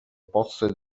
poste